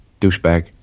douchebag